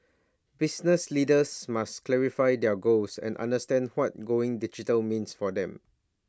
business leaders must clarify their goals and understand what going digital means for them